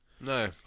No